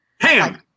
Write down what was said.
Ham